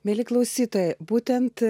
mieli klausytojai būtent